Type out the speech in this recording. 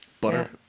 Butter